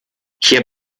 hier